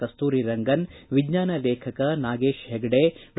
ಕಸ್ತೂರಿ ರಂಗನ್ ವಿಜ್ಞಾನ ಲೇಖಕ ನಾಗೇಶ್ ಹೆಗಡೆ ಡಾ